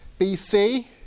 BC